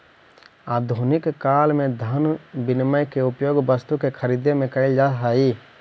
आधुनिक काल में धन विनिमय के उपयोग वस्तु के खरीदे में कईल जा हई